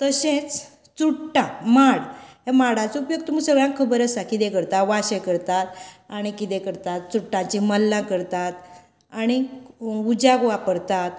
तशेंच चुट्टा माड ह्या माडाचो उपयोग तुमी सगळ्यांक खबर आसा कितें करता वाशे करतात आनी कितें करतात चुट्टांची मल्ला करतात आनीक उज्याक वापरतात